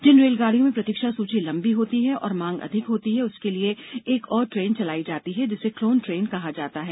जिन रेलगाडियों में प्रतीक्षा सूची लंबी होती है और मांग अधिक होती है उसके लिये एक और ट्रेन चलायी जाती है जिसे क्लोन ट्रेन कहा जाता है